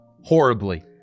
horribly